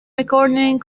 recording